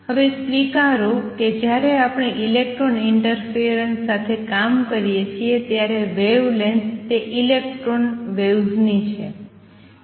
હવે સ્વીકારો કે જ્યારે આપણે ઇલેક્ટ્રોન ઈંટરફિયરન્સ સાથે કામ કરીએ છીએ ત્યારે વેવલેન્થ તે ઇલેક્ટ્રોન વેવ્સ ની છે